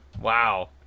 Wow